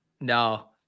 No